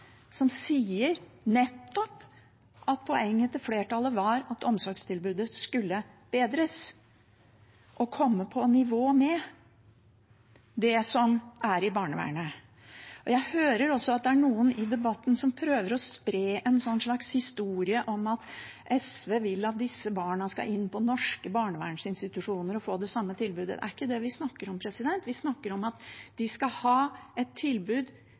som sier at poenget til flertallet nettopp var at omsorgstilbudet skulle bedres og komme på nivå med det som er i barnevernet. Jeg hører også at det er noen i debatten som prøver å spre en slags historie om at SV vil at disse barna skal inn på norske barnevernsinstitusjoner og få det samme tilbudet. Det er ikke det vi snakker om. Vi snakker om at de skal ha et tilbud